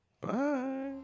Bye